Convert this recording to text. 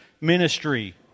ministry